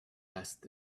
asked